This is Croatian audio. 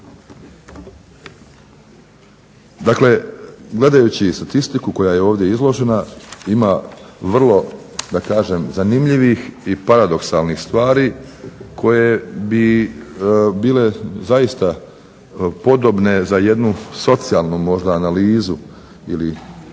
Dakle, gledajući statistiku koja je ovdje izložena ima vrlo da kažem zanimljivih i paradoksalnih stvari koje bi bile zaista podobne za jednu socijalnu možda analizu ili